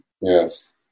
yes